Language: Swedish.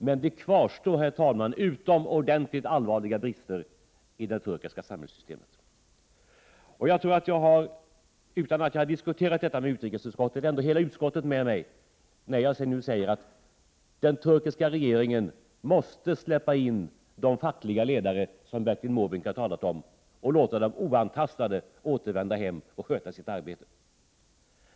Men det kvarstår, herr talman, utomordentligt allvarliga brister i det turkiska samhällssystemet. Utan att ha diskuterat detta i utskottet, tror jag ändå att jag har hela utskottet med mig när jag nu säger att den turkiska regeringen måste tillåta de fackliga ledare — som Bertil Måbrink talade om — att oantastade återvända hem och sköta sina arbeten.